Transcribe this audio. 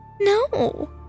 No